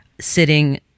sitting